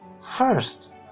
first